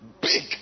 Big